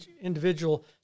individual